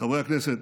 חברי הכנסת,